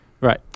Right